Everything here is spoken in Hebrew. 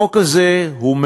החוק הזה מאוזן: